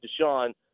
Deshaun